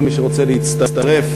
וכל מי שרוצה להצטרף,